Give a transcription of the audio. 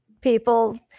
people